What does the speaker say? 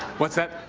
what's that?